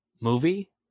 movie